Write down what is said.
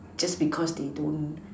just because they don't